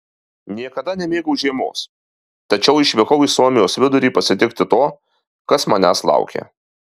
niekada nemėgau žiemos tačiau išvykau į suomijos vidurį pasitikti to kas manęs laukė